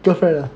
girlfriend ah